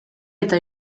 eta